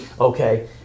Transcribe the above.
Okay